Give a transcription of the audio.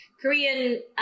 Korean